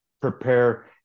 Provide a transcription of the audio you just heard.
prepare